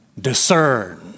discern